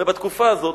ובתקופה הזאת,